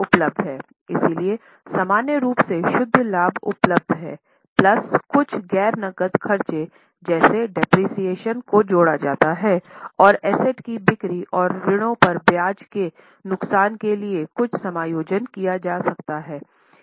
इसलिएसामान्य रूप से शुद्ध लाभ उपलब्ध है प्लस कुछ गैर नकद खर्च जैसे डेप्रिसिएशन को जोड़ा जाता है और एसेट की बिक्री और ऋणों पर ब्याज के नुकसान के लिए कुछ समायोजन किए जा सकते हैं